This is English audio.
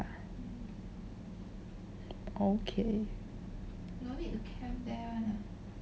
okay